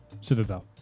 Citadel